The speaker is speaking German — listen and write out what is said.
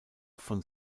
von